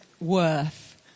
worth